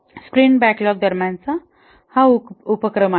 sprint backlog दरम्यानचा हा उपक्रम आहे